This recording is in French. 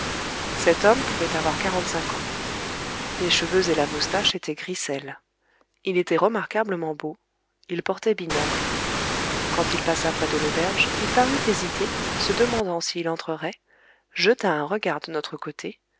cet homme pouvait avoir quarante-cinq ans les cheveux et la moustache étaient grissel il était remarquablement beau il portait binocle quand il passa près de l'auberge il parut hésiter se demandant s'il entrerait jeta un regard de notre côté